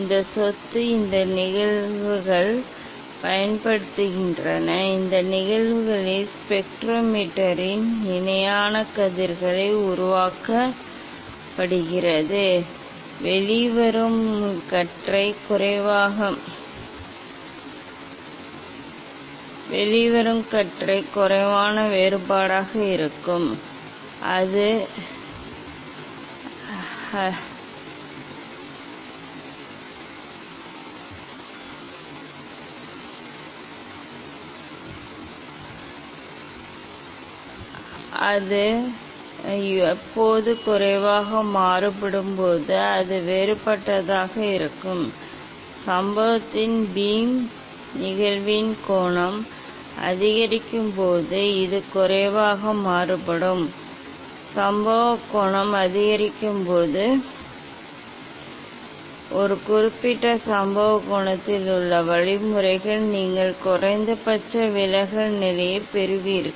இந்த சொத்து இந்த நிகழ்வுகள் பயன்படுத்தப்படுகின்றன இந்த நிகழ்வுகள் ஸ்பெக்ட்ரோமீட்டரின் இணையான கதிர்களை உருவாக்க பயன்படுகிறது வெளிவரும் கற்றை குறைவான வேறுபாடாக இருக்கும் அது எப்போது குறைவாக மாறுபடும் போது அது வேறுபட்டதாக இருக்கும் சம்பவத்தின் பீம் நிகழ்வின் கோணம் அதிகரிக்கும் போது இது குறைவாக மாறுபடும் சம்பவ கோணம் அதிகரிக்கும் போது ஒரு குறிப்பிட்ட சம்பவ கோணத்தில் உள்ள வழிமுறைகள் நீங்கள் குறைந்தபட்ச விலகல் நிலையைப் பெறுவீர்கள்